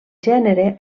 gènere